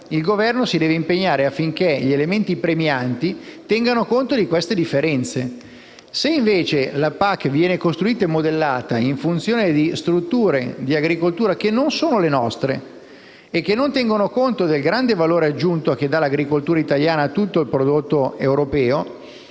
il Governo si deve impegnare affinché gli elementi premianti tengano conto di queste differenze. Se invece la PAC viene costruita e modellata in funzione di strutture di agricoltura che non sono le nostre e che non tengono conto del grande valore aggiunto che l'agricoltura italiana dà a tutto il prodotto europeo,